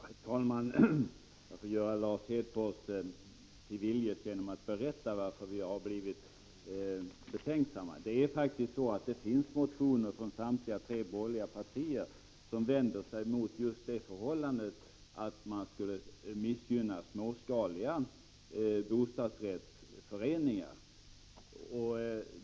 Herr talman! Jag får göra Lars Hedfors till viljes genom att berätta vad som gjort att vi blivit betänksamma. Det finns faktiskt motioner från samtliga tre borgerliga partier som vänder sig mot just det förhållandet att man missgynnar småskaliga bostadsrättsföreningar.